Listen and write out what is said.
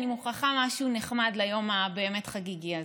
אני מוכרחה משהו נחמד ליום הבאמת-חגיגי הזה.